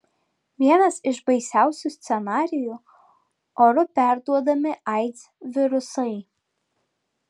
vienas iš baisiausių scenarijų oru perduodami aids virusai